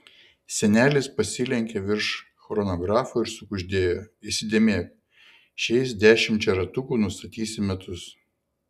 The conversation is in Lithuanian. senelis pasilenkė virš chronografo ir sukuždėjo įsidėmėk šiais dešimčia ratukų nustatysi metus